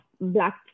Black